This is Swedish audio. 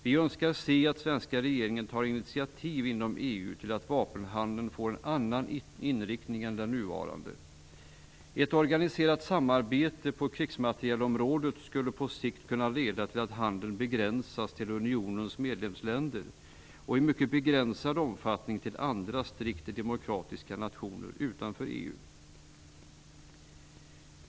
Vi önskar se att den svenska regeringen tar initiativ inom EU till att vapenhandeln får en annan inriktning än den nuvarande. Ett organiserat samarbete på krigsmaterielområdet skulle på sikt kunna leda till att handeln begränsas till unionens medlemsländer och i mycket begränsad omfattning till andra strikt demokratiska nationer utanför EU.